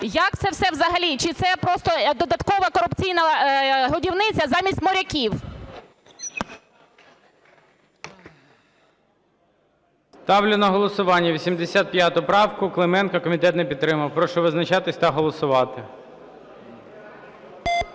Як це все взагалі? Чи це просто додаткова корупційна годівниця замість моряків? ГОЛОВУЮЧИЙ. Ставлю на голосування 85 правку Клименко. Комітет не підтримав. Прошу визначатися та голосувати.